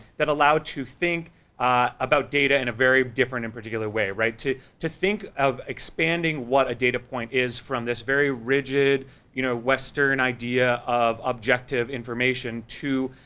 that allowed to think about data in a very different and particular way, right. right. to think of expanding what a data point is from this very rigid you know western idea of objective information to,